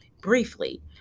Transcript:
briefly